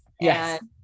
Yes